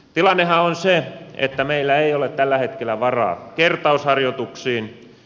tilannehan on se että meillä ei ole tällä hetkellä varaa kertausharjoituksiin